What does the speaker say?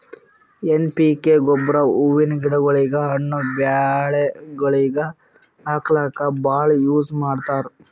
N P K ಗೊಬ್ಬರ್ ಹೂವಿನ್ ಗಿಡಗೋಳಿಗ್, ಹಣ್ಣ್ ಬೆಳ್ಯಾ ಗಿಡಗೋಳಿಗ್ ಹಾಕ್ಲಕ್ಕ್ ಭಾಳ್ ಯೂಸ್ ಮಾಡ್ತರ್